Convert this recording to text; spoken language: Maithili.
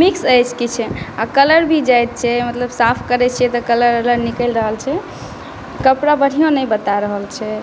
मिक्स अछि किछु आओर कलर भी जाइत छै मतलब साफ करै छिअ तऽ कलर ओलर निकलि रहल छै कपड़ा बढ़िओ नहि बता रहल छै